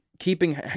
keeping